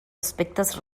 aspectes